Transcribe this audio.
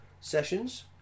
sessions